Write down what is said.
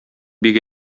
бик